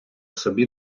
собі